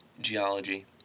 Geology